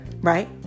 right